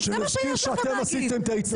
זה מה שיש לכם להגיד,